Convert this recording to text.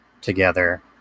together